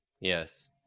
Yes